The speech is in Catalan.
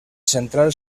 central